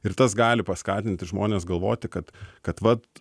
ir tas gali paskatinti žmones galvoti kad kad vat